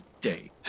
day